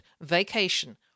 vacation